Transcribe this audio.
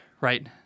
right